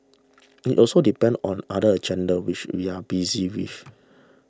it also depends on other agenda which we are busy with